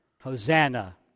Hosanna